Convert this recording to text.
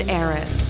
Aaron